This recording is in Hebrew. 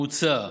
מוצע,